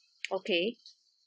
okay